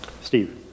Steve